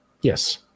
Yes